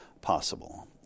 possible